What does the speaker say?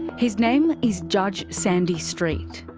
his name is judge sandy street.